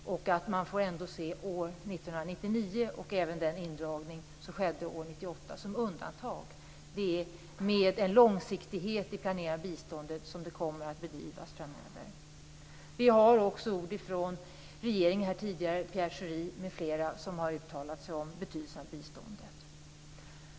Man får ändå se år 1999 och även den indragning som skedde år 1998 som undantag. Det är med långsiktighet som planeringen av biståndet kommer att bedrivas framöver. Regeringen, Pierre Schori m.fl., har tidigare också uttalat sig om betydelsen av biståndet.